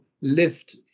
lift